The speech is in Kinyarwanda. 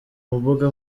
mbuga